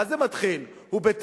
מה זה מתחיל, הוא בתהליך,